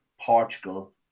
Portugal